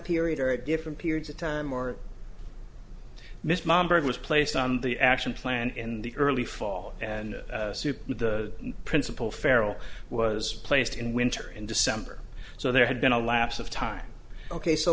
period or at different periods of time or missed membered was placed on the action plan in the early fall and soup the principle feral was placed in winter in december so there had been a lapse of time ok so